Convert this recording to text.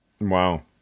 Wow